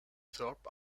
thorp